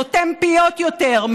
סותם פיות יותר,